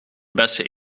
bessen